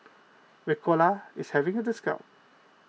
Ricola is having a discount